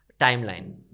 timeline